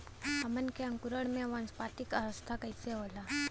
हमन के अंकुरण में वानस्पतिक अवस्था कइसे होला?